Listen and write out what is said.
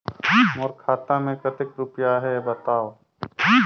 मोर खाता मे कतेक रुपिया आहे बताव?